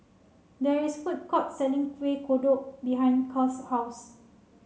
there is a food court selling Kueh Kodok behind Cal's house